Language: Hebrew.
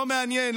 לא מעניין,